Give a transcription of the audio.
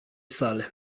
sale